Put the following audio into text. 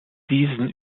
diesen